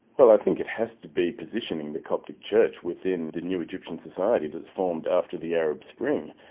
well i think it has to be positioning the coptic church within the new egyptian society that's formed after the arab spring.